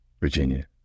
Virginia